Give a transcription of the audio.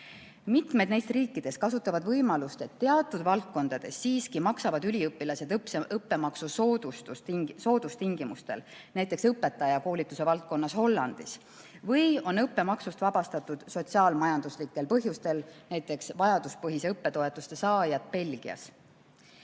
Mitmed neist riikidest kasutavad võimalust, et teatud valdkondades siiski maksavad üliõpilased õppemaksu soodustingimustel, näiteks õpetajakoolituse valdkonnas Hollandis, või on õppemaksust vabastatud sotsiaal-majanduslikel põhjustel, näiteks vajaduspõhise õppetoetuste saajad Belgias.